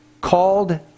called